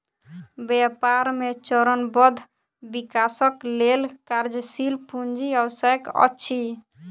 व्यापार मे चरणबद्ध विकासक लेल कार्यशील पूंजी आवश्यक अछि